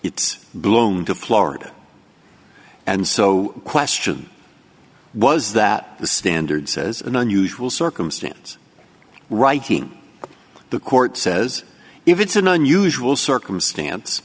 it's blown to florida and so the question was that the standard says an unusual circumstance writing the court says if it's an unusual circumstance